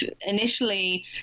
initially